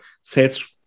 sales